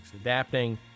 adapting